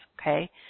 okay